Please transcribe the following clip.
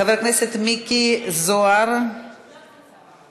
חבר הכנסת יואב קיש, תודה רבה.